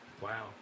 Wow